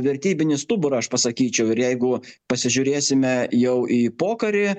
vertybinį stuburą aš pasakyčiau ir jeigu pasižiūrėsime jau į pokarį